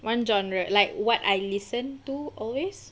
one genre like what I listen to always